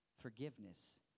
forgiveness